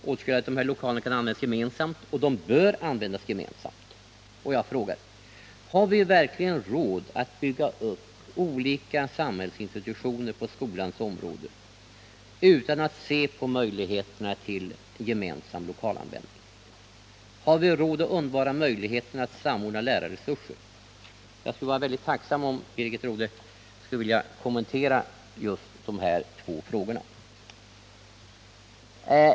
Åtskilliga av dessa lokaler kan användas gemensamt, och de bör användas gemensamt. Jag frågar: Har vi verkligen råd att bygga upp olika samhällsinstitutioner på skolans område utan att se på möjligheterna till gemensam lokalanvändning? Har vi råd att inte ta till vara möjligheten att samordna lärarresurser? Jag skulle vara tacksam om Birgit Rodhe ville kommentera just de här två frågorna.